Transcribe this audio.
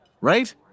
right